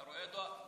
גם בשבת?